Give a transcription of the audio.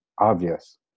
obvious